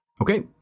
Okay